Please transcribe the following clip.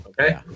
okay